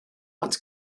ond